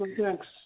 thanks